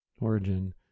Origin